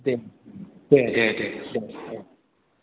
दे दे दे दे दे दे